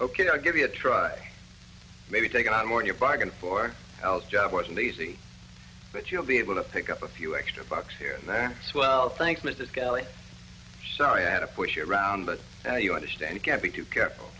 ok i'll give you a try maybe take on more in your bargain for job wasn't easy but you'll be able to pick up a few extra bucks here and there as well thanks mrs kelly sorry i had to push you around but now you understand it can't be too careful